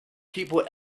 people